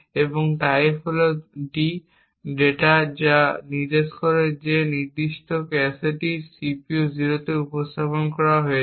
এবং টাইপটি হল D ডেটা যা নির্দেশ করে যে এই নির্দিষ্ট ক্যাশেটি CPU 0 তে উপস্থাপন করা হয়েছে